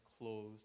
closed